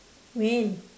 when